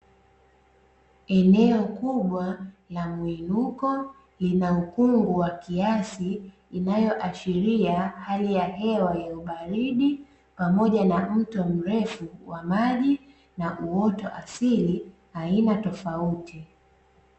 Eneo kubwa la mwinuko, lina ukungu wa kiasi inayoashiria hali ya hewa ya ubaridi, pamoja na mto mrefu wa maji na uoto asili aina tofauti.